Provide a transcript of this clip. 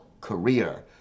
career